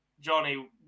Johnny